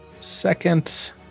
Second